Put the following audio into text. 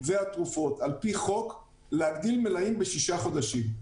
והתרופות על פי חוק להגדיל מלאים בשישה חודשים.